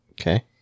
Okay